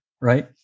right